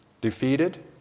Defeated